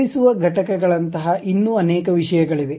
ಚಲಿಸುವ ಘಟಕಗಳಂತಹ ಇನ್ನು ಅನೇಕ ವಿಷಯಗಳಿವೆ